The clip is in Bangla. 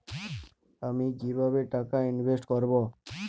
আমি কিভাবে টাকা ইনভেস্ট করব?